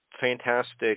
fantastic